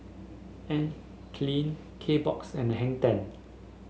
Anne Klein Kbox and Hang Ten